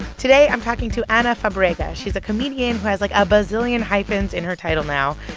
today i'm talking to ana fabrega. she's a comedian who has, like, a bazillion hyphens in her title now.